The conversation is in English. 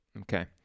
okay